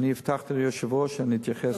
אני הבטחתי ליושב-ראש שאני אתייחס אחרי כן.